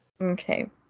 Okay